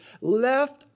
left